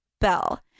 bell